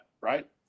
right